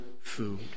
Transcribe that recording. food